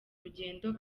urugendo